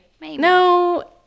no